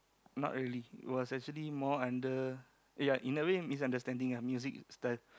not really it was actually more under ya in a way misunderstanding ah music style